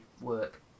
work